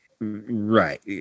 right